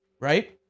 right